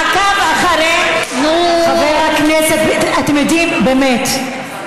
מעקב אחרי, נו, חבר הכנסת, אתם יודעים, באמת.